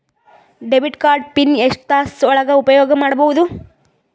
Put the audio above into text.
Debit card pin ಎಷ್ಟ ತಾಸ ಒಳಗ ಉಪಯೋಗ ಮಾಡ್ಬಹುದು?